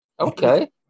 Okay